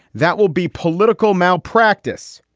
that will be political malpractice.